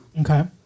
Okay